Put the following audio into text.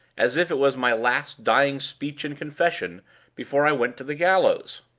as if it was my last dying speech and confession before i went to the gallows.